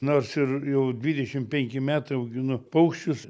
nors ir jau dvidešim penki metai auginu paukščius